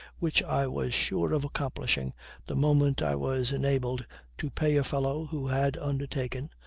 which i was sure of accomplishing the moment i was enabled to pay a fellow who had undertaken,